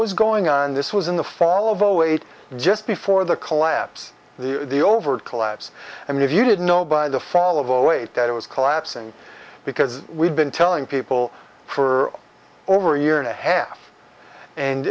was going on this was in the fall of zero eight just before the collapse the overt collapse i mean if you didn't know by the fall of zero eight that it was collapsing because we've been telling people for over a year and a half and